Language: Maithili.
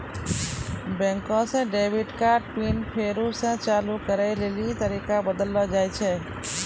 बैंके से डेबिट कार्ड पिन फेरु से चालू करै लेली तरीका बतैलो जाय छै